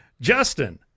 Justin